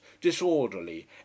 disorderly